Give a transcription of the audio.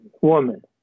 woman